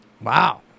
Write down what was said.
Wow